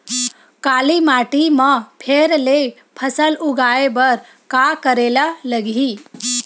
काली माटी म फेर ले फसल उगाए बर का करेला लगही?